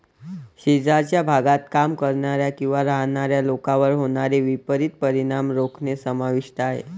शेजारच्या भागात काम करणाऱ्या किंवा राहणाऱ्या लोकांवर होणारे विपरीत परिणाम रोखणे समाविष्ट आहे